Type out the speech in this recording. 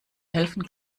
helfen